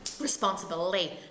responsibility